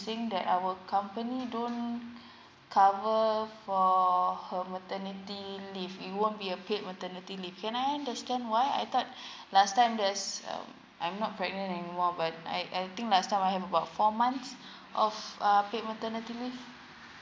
think that our company don't cover for her maternity leave it won't be a paid maternity leave can I understand why I thought last time there's um I'm not pregnant anymore but I I think last time had about four months of uh paid maternity leave